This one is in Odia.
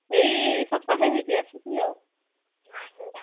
ଏହି ସପ୍ତାହ ହେଇଛି ଆସୁଛି ଆଉ